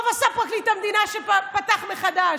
טוב עשה פרקליט המדינה שפתח מחדש.